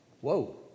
Whoa